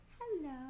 Hello